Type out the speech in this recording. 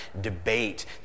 debate